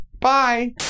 Bye